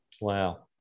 Wow